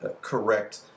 correct